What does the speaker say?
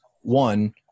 one